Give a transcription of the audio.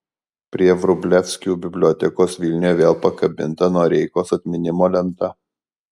prie vrublevskių bibliotekos vilniuje vėl pakabinta noreikos atminimo lenta